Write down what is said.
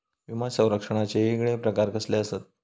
विमा सौरक्षणाचे येगयेगळे प्रकार कसले आसत?